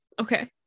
Okay